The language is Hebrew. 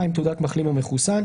תעודת מחלים או מחוסן.